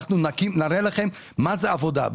אנחנו נראה לכם מה זאת עבודה.